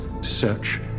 search